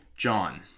John